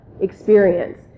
experience